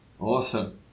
Awesome